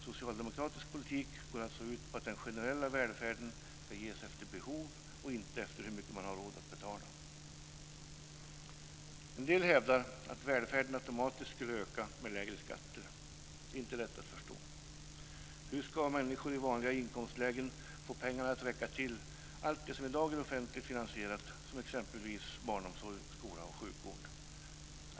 Socialdemokratisk politik går ut på att den generella välfärden ges efter behov och inte efter hur mycket man har råd att betala. En del hävdar att välfärden automatiskt skulle öka med lägre skatter. Det är inte lätt att förstå. Hur ska människor i vanliga inkomstlägen få pengarna att räcka till för allt det som i dag är offentligt finansierat, exempelvis barnomsorg, skola och sjukvård?